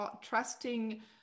trusting